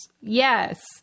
Yes